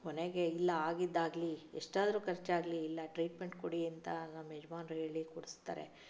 ಕೊನೆಗೆ ಇಲ್ಲ ಆಗಿದ್ದಾಗಲಿ ಎಷ್ಟಾದರೂ ಖರ್ಚಾಗಲಿ ಇಲ್ಲ ಟ್ರೀಟ್ಮೆಂಟ್ ಕೊಡಿ ಅಂತ ನಮ್ಮ ಯಜಮಾನರು ಹೇಳಿ ಕೊಡಿಸ್ತಾರೆ